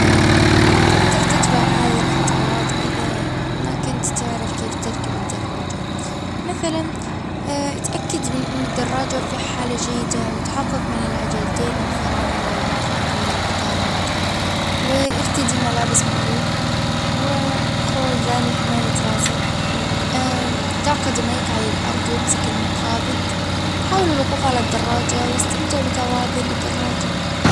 تقدر تتبع هذي الخطوات اذا ما كنت تعرف كيف تركب الدراجة مثلا اتأكد من ان الدراجة في حالة جيدة وتحقق من العجلتين والفرامل والمقعد والاطارات وارتدي ملابس مريحة وخوذة لحماية راسك ضع قدميك على الارض وامسك المقابض حاول الوقوف على الدراجة واستمتع بتوازن الدراجة